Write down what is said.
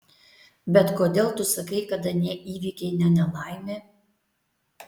bet kodėl tu sakai kad anie įvykiai ne nelaimė